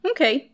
Okay